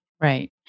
Right